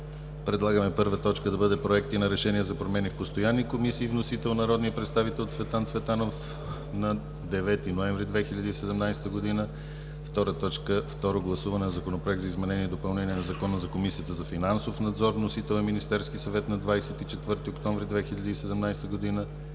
Предлагаме: 1. Проекти на решение за промени в постоянни комисии. Вносител е народният представител Цветан Цветанов на 9 ноември 2017 г. 2. Второ гласуване на Законопроект за изменение и допълнение на Закона за Комисията за финансов надзор. Вносител е Министерският съвет на 24 октомври 2017 г.